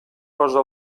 posa